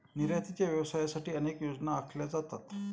निर्यातीच्या व्यवसायासाठी अनेक योजना आखल्या जातात